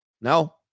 No